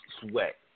sweat